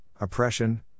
oppression